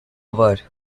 about